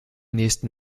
nächsten